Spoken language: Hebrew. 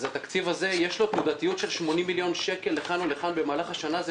אז לתקציב הזה יש תנודתיות של 80 מיליון שקל לכאן או לכאן במהלך השנה.